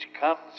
comes